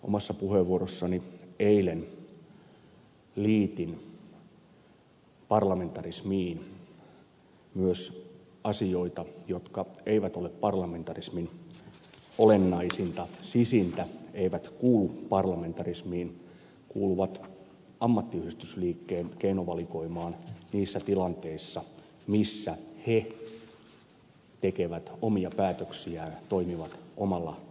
omassa puheenvuorossani eilen liitin parlamentarismiin myös asioita jotka eivät ole parlamentarismin olennaisinta sisintä eivät kuulu parlamentarismiin kuuluvat ammattiyhdistysliikkeen keinovalikoimaan niissä tilanteissa missä he tekevät omia päätöksiään toimivat omalla tontillaan